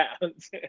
pounds